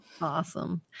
Awesome